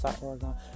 Oregon